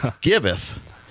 giveth